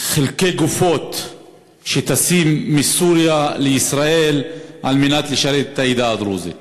חלקי גופות שטסה מסוריה לישראל על מנת לשרת את העדה הדרוזית.